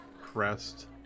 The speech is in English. crest